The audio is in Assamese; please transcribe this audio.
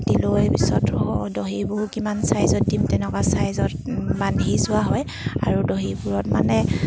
কাটি লৈ পিছত দহিবোৰ কিমান চাইজত দিম তেনেকুৱা চাইজত বান্ধি যোৱা হয় আৰু দহিবোৰত মানে